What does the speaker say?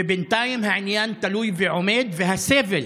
ובינתיים העניין תלוי ועומד והסבל